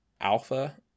alpha